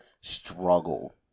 struggle